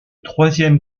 troisième